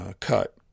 cut